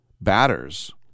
batters